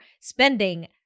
spending